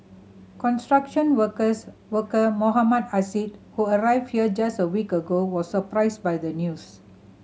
construction workers worker Mohammad Assad who arrived here just a week ago was surprised by the news